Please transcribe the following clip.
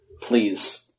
Please